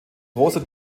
großer